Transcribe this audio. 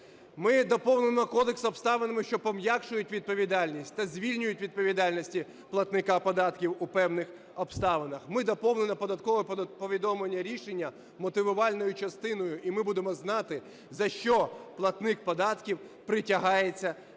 Ми доповнюємо кодекс обставинами, що пом'якшують відповідальність та звільняють від відповідальності платника податків у певних обставинах. Ми доповнимо податкове повідомлення-рішення мотивувальною частиною, і ми будемо знати за що платник податків притягається до відповідальності,